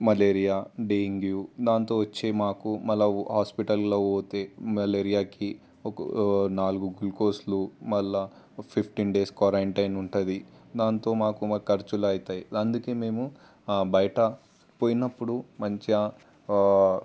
malaria dengue దానితో వచ్చే మాకు మాలవ్ హాస్పిటల్లో పోతే మలేరియాకి ఒక నాలుగు గ్లూకోజులు మళ్ళీ ఫిఫ్టీన్ డేస్ క్వారటైన్ ఉంటుంది దానితో మాకు మా ఖర్చులైతాయి అందుకే మేము బయటికీ పోయినప్పుడు మంచిగా